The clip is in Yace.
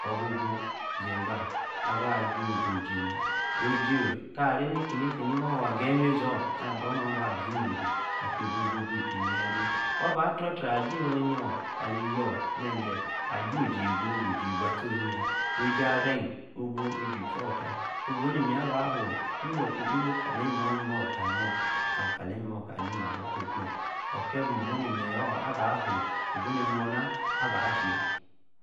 Nor. bi buu Zeagba. aba. aju-oji mee oji. kaa. ray ni-ki yíe ki-yie waa. waa agegí mezor. kor buu nor. aba zee no-oji. okí-buu bi-íchui. yadee. waa-ba. tru-trayaa. ají. oyíor kaa li-īwīor. nee-zee. aju oji-eguu. oji eguu-attioni yaa. oji-aríaní. wuu-buu ijie-tchuí orr taa. wee buu. ni meyin-aba-foor. otíe. kpepo kali. imímoor. īmimoor kaa-annor. awor kalí-imimoor kaa-nimaro kposi-kpos'r. oka-buu nimeyîor aba fuu. íbu-ni monna aba yie.